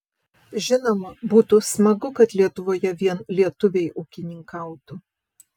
žinoma būtų smagu kad lietuvoje vien lietuviai ūkininkautų